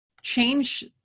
change